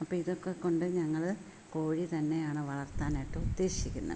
അപ്പം ഇതൊക്കെ കൊണ്ട് ഞങ്ങൾ കോഴി തന്നെ ആണ് വളർത്താനായിട്ട് ഉദ്ദേശിക്കുന്നത്